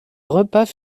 repas